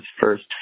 first